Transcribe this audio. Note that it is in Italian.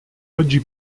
oggi